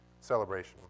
celebration